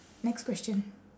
next question